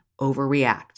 overreact